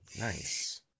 Nice